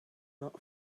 not